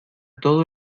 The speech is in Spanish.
todo